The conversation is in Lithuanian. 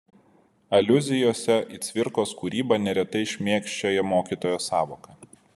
aliuzijose į cvirkos kūrybą neretai šmėkščioja mokytojo sąvoka